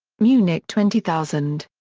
munich twenty thousand.